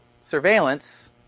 surveillance